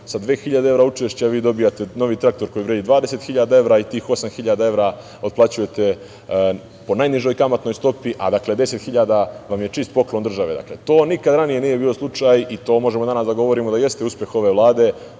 sa 2.000 evra učešća, vi dobijate novi traktor koji vredi 20.000 evra i tih 8.000 evra otplaćujete po najnižoj kamatnoj stopi, a 10.000 vam je čist poklon države. To nikada ranije nije bio slučaj i to možemo danas da govorimo da jeste uspeh ove Vlade,